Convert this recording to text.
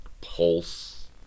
pulse